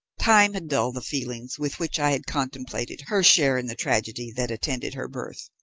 time had dulled the feelings with which i had contemplated her share in the tragedy that attended her birth,